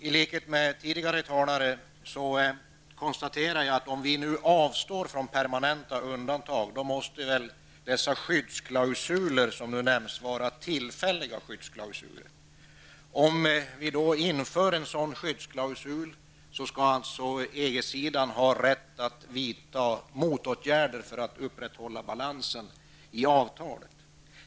I likhet med tidigare talare konstaterar jag att om vi nu avstår från permanenta undantag måste väl dessa skyddsklausuler som nämns vara tillfälliga skyddsklausuler. Om vi genomför en sådan skyddsklausul skall EG-sidan ha rätt att vidta motåtgärder för att upprätthålla balansen i avtalet.